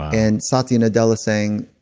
and satya nadella saying,